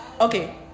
okay